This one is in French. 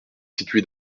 situé